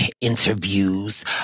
interviews